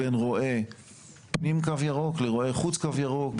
בין רועה פנים-קו ירוק ורועה חוץ-קו ירוק;